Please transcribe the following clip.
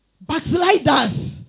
Backsliders